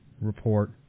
report